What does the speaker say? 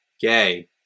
gay